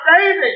David